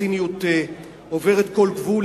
הציניות עוברת כל גבול.